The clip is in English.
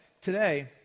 today